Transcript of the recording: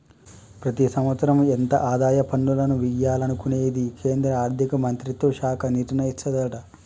ప్రతి సంవత్సరం ఎంత ఆదాయ పన్నులను వియ్యాలనుకునేది కేంద్రా ఆర్థిక మంత్రిత్వ శాఖ నిర్ణయిస్తదట